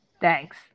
Thanks